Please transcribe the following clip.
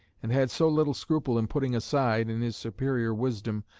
and had so little scruple in putting aside, in his superior wisdom,